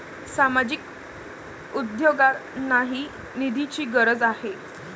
सामाजिक उद्योगांनाही निधीची गरज आहे